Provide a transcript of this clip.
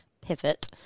pivot